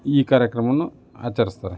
ಈ ಕಾರ್ಯಕ್ರಮವನ್ನು ಆಚರಿಸ್ತಾರೆ